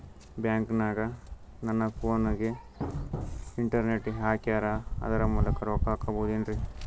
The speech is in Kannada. ಬ್ಯಾಂಕನಗ ನನ್ನ ಫೋನಗೆ ಇಂಟರ್ನೆಟ್ ಹಾಕ್ಯಾರ ಅದರ ಮೂಲಕ ರೊಕ್ಕ ಹಾಕಬಹುದೇನ್ರಿ?